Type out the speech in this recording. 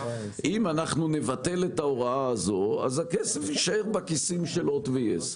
אם נבטל את ההוראה הזאת אז הכסף יישאר בכיסים של הוט ויס.